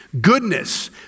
goodness